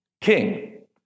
king